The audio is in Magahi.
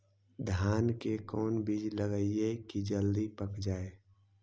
धान के कोन बिज लगईयै कि जल्दी पक जाए?